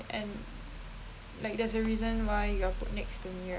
and like there's a reason why you're put next to me right